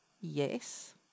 Yes